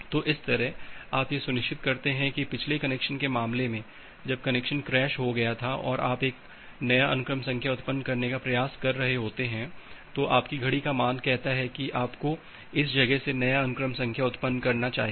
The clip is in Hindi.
तो इस तरह आप यह सुनिश्चित करते हैं कि पिछले कनेक्शन के मामले में जब कनेक्शन क्रैश हो गया था और आप एक नया अनुक्रम संख्या उत्पन्न करने का प्रयास कर रहे होते हैं तो आपकी घड़ी का मान कहता है कि आपको इस जगह से नया अनुक्रम संख्या उत्पन्न करना चाहिए